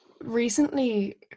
recently